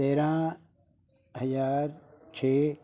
ਤੇਰਾਂ ਹਜ਼ਾਰ ਛੇ